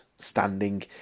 standing